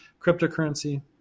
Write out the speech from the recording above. cryptocurrency